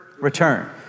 Return